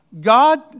God